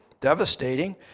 devastating